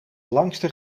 langste